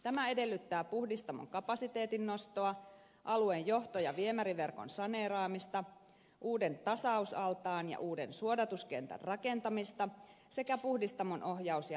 tämä edellyttää puhdistamon kapasiteetin nostoa alueen johto ja viemäriverkon saneeraamista uuden tasausaltaan ja uuden suodatuskentän rakentamista sekä puhdistamon ohjaus ja automaatiojärjestelmän uusimista